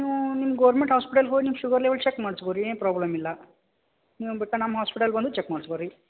ನೀವು ನಿಮ್ಮ government hospital ಹೋಗಿ ನಿಮ್ಮ ಶುಗರ್ ಲೆವೆಲ್ ಚೆಕ್ ಮಾಡ್ಸ್ಕೊರಿ ಏನು ಪ್ರಾಬ್ಲಮ್ ಇಲ್ಲ ನೀವು ಬೇಕಾರೆ ನಮ್ಮ ಹಾಸ್ಪೆಟಲ್ಗು ಬಂದು ಚೆಕ್ ಮಾಡ್ಸ್ಕೊರಿ